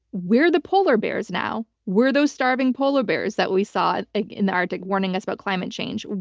we're the polar bears now. we're those starving polar bears that we saw in the arctic, warning us about climate change.